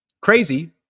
crazy